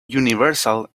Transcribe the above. universal